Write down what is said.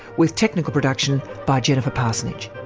with technical production by jennifer parsonage